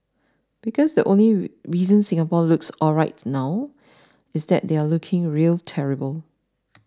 because the only ray reason Singapore looks alright now is that they are looking real terrible